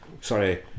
sorry